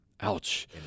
Ouch